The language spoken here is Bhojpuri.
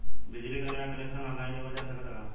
बिजली क नया कनेक्शन ऑनलाइन लेवल जा सकत ह का?